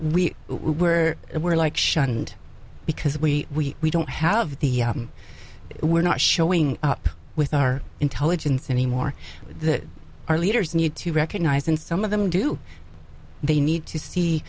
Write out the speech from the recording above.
we were we're like shunned because we don't have the we're not showing up with our intelligence anymore that our leaders need to recognize and some of them do they need to see